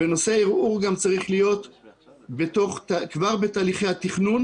נושא הערעור צריך כבר בתהליכי התכנון,